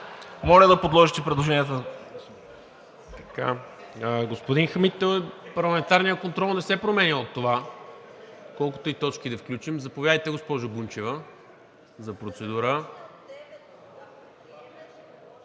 моля да подложите предложението